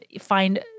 find